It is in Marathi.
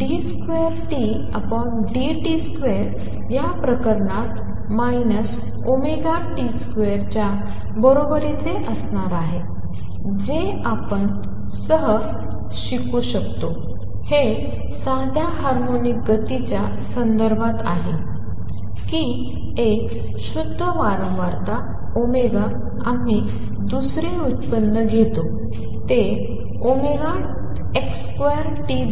d2Tdt2 या प्रकरणात ωT2 च्या बरोबरीचे असणार आहे जे आपण सहज शिकू शकता हे साध्या हार्मोनिक गतीच्या संदर्भात आहे की एक शुद्ध वारंवारता ω आम्ही दुसरे व्युत्पन्न घेतो ते x2 t देते